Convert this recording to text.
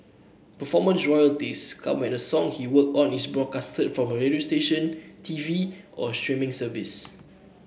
performance royalties come when a song he worked on is broadcast from a radio station T V or a streaming service